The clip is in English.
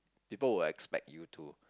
people will expect you to